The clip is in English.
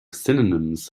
synonyms